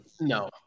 no